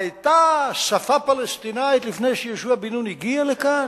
היתה שפה פלסטינית לפני שיהושע בן נון הגיע לכאן?